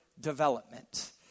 development